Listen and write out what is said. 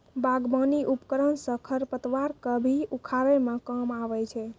बागबानी उपकरन सँ खरपतवार क भी उखारै म काम आबै छै